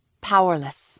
Powerless